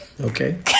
Okay